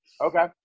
Okay